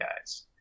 guys